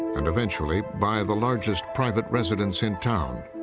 and eventually buy the largest private residence in town.